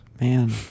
Man